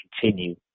continue